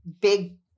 big